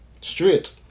Straight